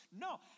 No